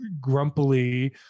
grumpily